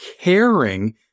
caring